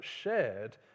shared